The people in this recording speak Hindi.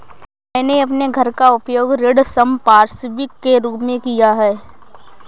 मैंने अपने घर का उपयोग ऋण संपार्श्विक के रूप में किया है